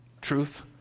truth